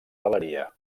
galeria